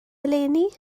eleni